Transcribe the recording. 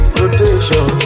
rotation